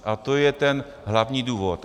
A to je ten hlavní důvod.